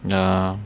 yeah